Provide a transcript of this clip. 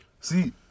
See